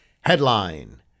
Headline